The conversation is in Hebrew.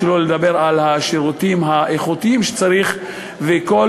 שלא לדבר על השירותים האיכותיים שצריך ושכל